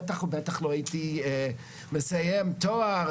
בטח ובטח לא הייתי מסיים תואר,